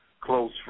close